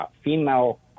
female